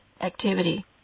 activity